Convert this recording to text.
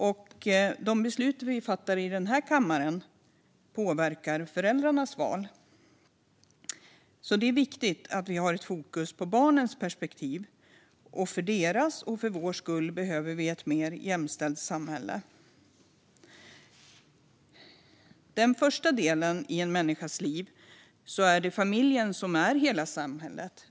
Och de beslut som vi fattar i den här kammaren påverkar föräldrarnas val, så det är viktigt att vi har fokus på barnens perspektiv. För deras och för vår skull behöver vi ett mer jämställt samhälle. Under den första delen i en människas liv är det familjen som är hela samhället.